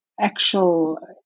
actual